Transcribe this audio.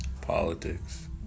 Politics